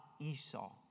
Esau